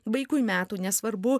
vaikui metų nesvarbu